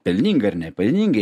pelningai ar nepelningai